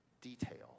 detail